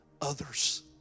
others